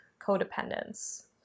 codependence